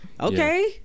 Okay